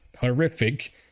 horrific